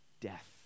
death